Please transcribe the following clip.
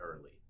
early